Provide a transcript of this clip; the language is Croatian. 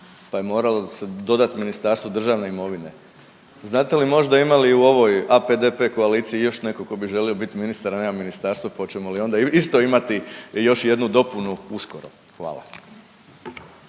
pa je moralo se dodat Ministarstvo državne imovine. Znate li možda ima li i u ovoj AP-DP koaliciji još neko tko bi želio biti ministar a nema ministarstvo? Pa hoćemo li onda isto imati još jednu dopunu uskoro? Hvala.